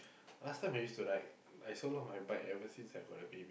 last time I used to ride I sold off my bike ever since I got a baby